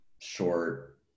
short